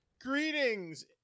greetings